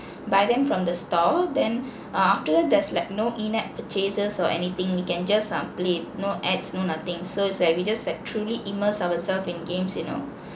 buy them from the store then uh after there's like no in app purchases or anything you can just uh play no ads no nothing so it's like we just like truly immerse ourselves in games you know